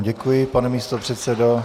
Děkuji vám, pane místopředsedo.